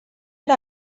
era